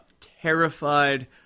terrified